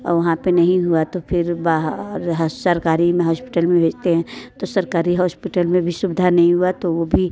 वहाँ पर नहीं हुआ तो फिर बाहर सरकारी में हॉस्पिटल में भेजते हैं तो सरकारी हॉस्पिटल में भी सुविधा नहीं हुआ तो वो भी है